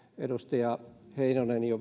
edustaja heinonen jo